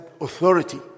authority